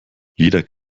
jeder